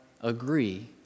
agree